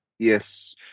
Yes